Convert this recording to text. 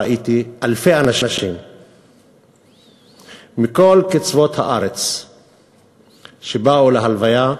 ראיתי אלפי אנשים מכל קצוות הארץ שבאו להלוויה,